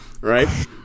right